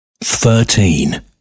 Thirteen